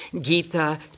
Gita